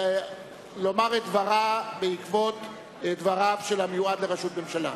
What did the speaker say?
לומר את דברה בעקבות דבריו של המיועד לראשות הממשלה.